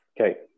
Okay